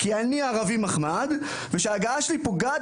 כי אני "ערבי מחמד" ושההגעה שלי פוגעת